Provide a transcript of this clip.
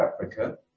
Africa